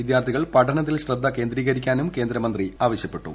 വിദ്യാർത്ഥികൾ പഠനത്തിൽ ശ്രദ്ധ കേന്ദ്രീകരിക്ക്റ്റും കേന്ദ്രമന്ത്രി ആവശ്യപ്പെട്ടു